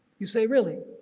you say really?